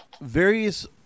various